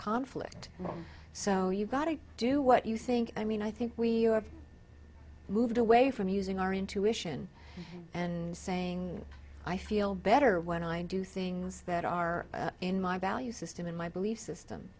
conflict so you've got to do what you think i mean i think we moved away from using our intuition and saying i feel better when i do things that are in my value system in my belief system